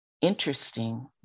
interesting